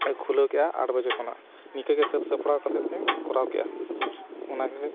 ᱠᱷᱩᱞᱟᱹᱣ ᱠᱮᱜᱼᱟ ᱟᱴ ᱵᱟᱡᱮ ᱠᱷᱚᱱᱟᱜ ᱱᱤᱝᱠᱟᱹᱜᱮ ᱥᱟᱹᱛ ᱥᱟᱯᱲᱟᱣ ᱠᱟᱛᱮ ᱠᱚᱨᱟᱣ ᱠᱮᱜᱼᱟ ᱚᱱᱟ ᱜᱮ